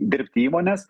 dirbti įmones